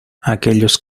aquellos